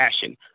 passion